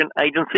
Agency